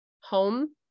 home